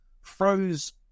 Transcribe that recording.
Froze